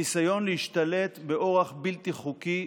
ניסיון להשתלט באורח בלתי חוקי,